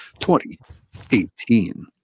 2018